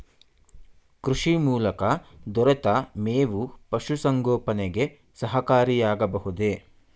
ಕೃಷಿ ಮೂಲಕ ದೊರೆತ ಮೇವು ಪಶುಸಂಗೋಪನೆಗೆ ಸಹಕಾರಿಯಾಗಬಹುದೇ?